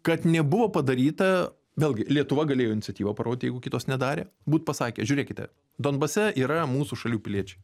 kad nebuvo padaryta vėlgi lietuva galėjo iniciatyvą parodyt jeigu kitos nedarė būt pasakę žiūrėkite donbase yra mūsų šalių piliečiai